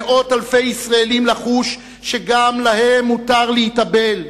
למאות אלפי ישראלים לחוש שגם להם מותר להתאבל,